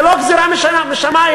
זה לא גזירה משמים.